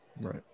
right